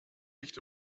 nicht